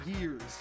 years